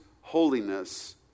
holiness